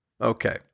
okay